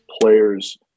players